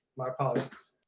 my apologies.